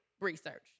research